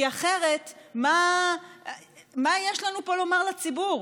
כי אחרת, מה יש לנו פה לומר לציבור?